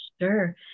sure